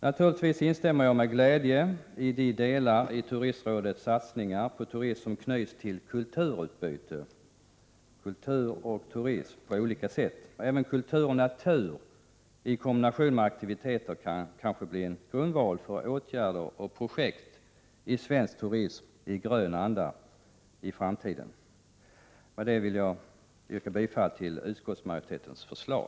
Naturligtvis instämmer jag med glädje i de delar av Turistrådets satsningar 73 på turism som anknyter till kulturutbyte — kultur och turism på olika sätt. Även kultur och natur i kombination med aktiviteter kan kanske bli en grundval för åtgärder och projekt i svensk turism i grön anda i framtiden. Med detta vill jag yrka bifall till utskottsmajoritetens förslag.